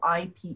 IP